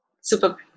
Super